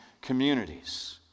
communities